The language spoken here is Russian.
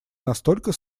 настолько